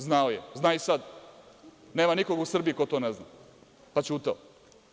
Znao je, zna i sada, nema nikog u Srbiji ko to ne zna, pa ćutao.